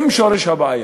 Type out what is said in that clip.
זה שורש הבעיה.